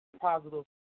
positive